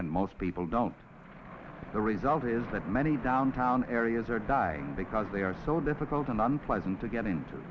and most people don't the result is that many downtown areas are dying because they are so difficult and unpleasant to get into